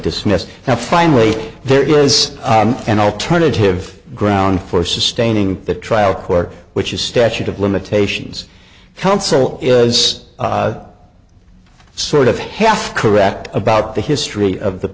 dismissed now finally there is an alternative ground for sustaining the trial court which is statute of limitations counsel is sort of half correct about the history of the